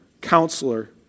Counselor